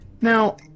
Now